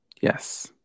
Yes